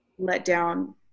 letdown